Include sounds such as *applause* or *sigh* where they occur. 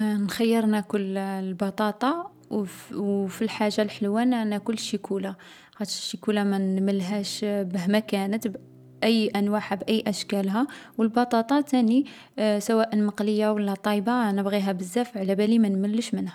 نخيّر ناكل البطاطا و فـ و في الحاجة لحلوة نـ ناكل الشيكولا لاخاطش الشيكولا ما نملهاش مهما كانت بأي أنواعها بأي أشكالها. و البطاطا تاني *hesitation* سواء مقلية و لا طايبة نبغيها بزاف علابالي ما نملش منها.